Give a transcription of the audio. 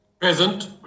Present